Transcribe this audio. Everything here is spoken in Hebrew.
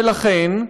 ולכן,